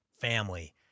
family